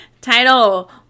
Title